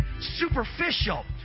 superficial